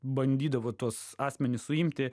bandydavo tuos asmenis suimti